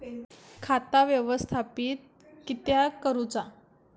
खाता व्यवस्थापित किद्यक करुचा?